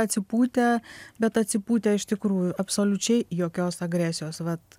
atsipūtę bet atsipūtę iš tikrųjų absoliučiai jokios agresijos vat